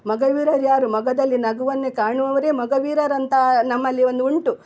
ಮೊಗರ್ವೀರರು ಯಾರು ಮೊಗದಲ್ಲಿ ನಗುವನ್ನೇ ಕಾಣುವವರೇ ಮೊಗವೀರರಂತಾ ನಮ್ಮಲ್ಲಿ ಒಂದು ಉಂಟು